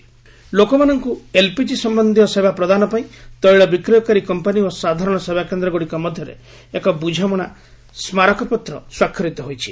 LPG CSC ଲୋକମାନଙ୍କୁ LPG ସମ୍ବନ୍ଧୀୟ ସେବା ପ୍ରଦାନପାଇଁ ତୈଳ ବିକ୍ରୟକାରୀ କମ୍ପାନୀ ଓ ସାଧାରଣ ସେବାକେନ୍ଦ୍ରଗୁଡ଼ିକ ମଧ୍ୟରେ ଏକ ବୁଝାମଣା ସ୍କାରକ ପତ୍ର ସ୍ୱାକ୍ଷରିତ ହୋଇଛି